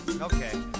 Okay